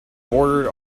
bordered